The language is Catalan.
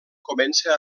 comença